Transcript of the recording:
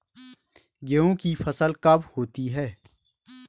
गेहूँ की फसल कब होती है?